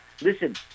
Listen